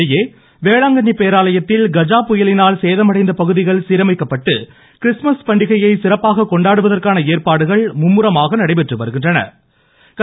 இதனிடையே வேளாங்கண்ணி பேராலயத்தில் கஜா புயலினால் சேதமடைந்த பகுதிகள் சீரமைக்கப்பட்டு கிறிஸ்துமஸ் பண்டிகையை சிறப்பாக கொண்டாடுவதற்கான ஏற்பாடுகள் மும்முரமாக நடைபெற்று வருகின்றன